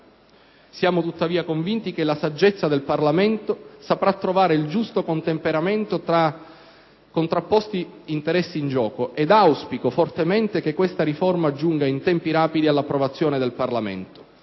Siamo tuttavia convinti che la saggezza del Parlamento saprà trovare il giusto contemperamento tra contrapposti interessi in gioco ed auspico fortemente che questa riforma giunga in tempi rapidi all'approvazione del Parlamento.